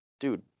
Dude